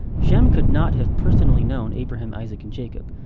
shem could not have personally known abraham, isaac and jacob,